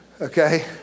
okay